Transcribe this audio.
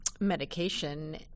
medication